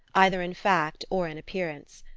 either in fact or in appearance.